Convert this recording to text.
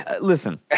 listen